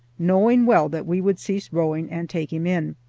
knowing well that we would cease rowing and take him in.